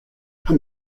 how